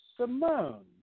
Simone